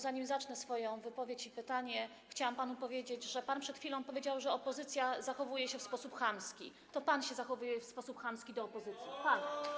Zanim zacznę swoją wypowiedź i zadam pytanie, chciałam panu powiedzieć, bo pan przed chwilą stwierdził, że opozycja zachowuje się w sposób chamski, że to pan się zachowuje w sposób chamski wobec opozycji, pan.